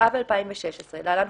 התשע"ו 2016 (להלן,